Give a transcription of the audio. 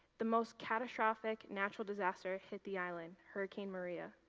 the most catastrophic natural disaster hit the island, hurricane maria.